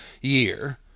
year